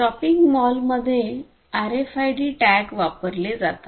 shopping मॉलमध्ये RFID tag वापरले जातात